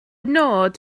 nod